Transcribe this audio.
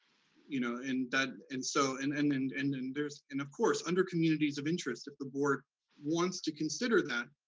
you know and and so, and and and and and there's, and of course, under communities of interest, if the board wants to consider that,